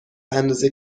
اندازه